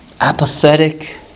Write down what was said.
apathetic